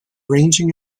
ranging